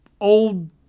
old